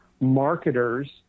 marketers